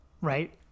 Right